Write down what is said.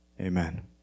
amen